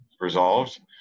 resolved